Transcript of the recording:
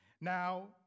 Now